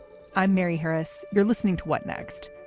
i'm mary harris. you're listening to what next.